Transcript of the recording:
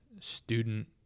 Student